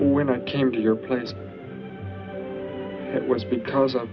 when i came to your place it was because i